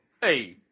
hey